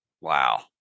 wow